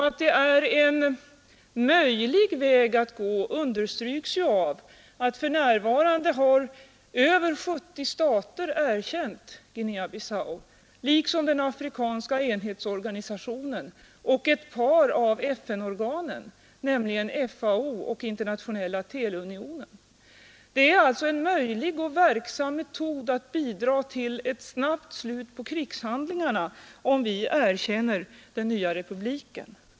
Att det är en möjlig väg att gå understryks av att för närvarande har över 70 stater erkänt Guinea-Bissau, liksom den afrikanska enhetsorganisationen och ett par av FN-organen har gjort, nämligen FAO och Internationella teleunionen. Det är alltså en möjlig och verksam metod att bidra till ett snabbt slut på krigshandlingarna, om vi erkänner den nya republiken.